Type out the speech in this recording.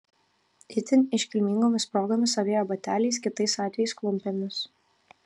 itin iškilmingomis progomis avėjo bateliais kitais atvejais klumpėmis